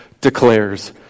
declares